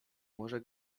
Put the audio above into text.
może